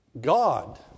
God